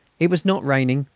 it was not raining,